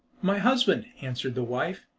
my husband, answered the wife,